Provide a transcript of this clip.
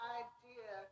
idea